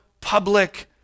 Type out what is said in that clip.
public